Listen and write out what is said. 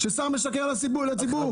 כששר משקר לציבור.